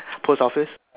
post office